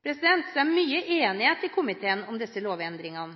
Det er stor enighet